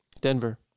Denver